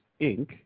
Inc